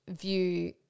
view